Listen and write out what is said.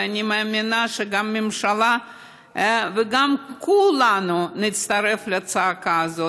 ואני מאמינה שגם הממשלה וכולנו נצטרף לצעקה הזאת.